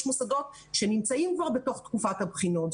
יש מוסדות שנמצאים כבר בתוך תקופת הבחינות.